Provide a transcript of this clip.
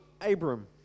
Abram